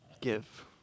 give